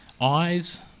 eyes